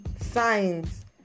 signs